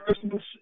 Christmas